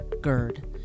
GERD